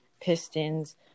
Pistons